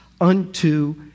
unto